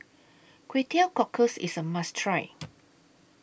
Kway Teow Cockles IS A must Try